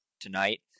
tonight